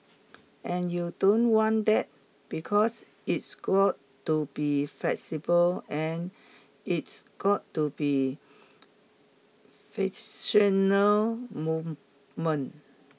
and you don't want that because it's got to be flexible and it's got to be fictional movement